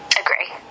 Agree